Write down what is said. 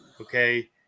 Okay